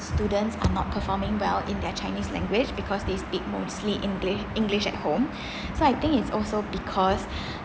students are not performing well in their chinese language because they speak mostly english english at home so I think is also because